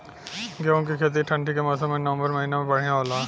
गेहूँ के खेती ठंण्डी के मौसम नवम्बर महीना में बढ़ियां होला?